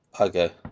okay